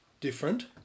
different